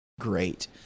great